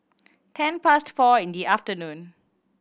ten past four in the afternoon